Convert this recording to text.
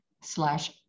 slash